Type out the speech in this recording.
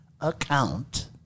account